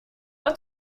pas